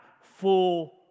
full